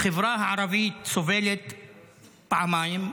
החברה הערבית סובלת פעמיים,